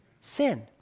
sin